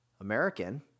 American